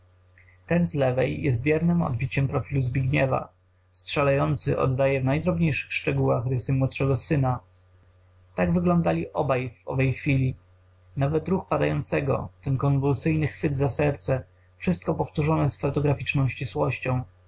ten z lewej jest wiernem odbiciem profilu zbigniewa strzelający oddaje w najdrobniejszych szczegółach rysy młodszego syna tak wyglądali obaj w owej chwili nawet ruch padającego ten konwulsyjny chwyt za serce wszystko powtórzone z fotograficzną ścisłością